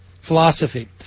philosophy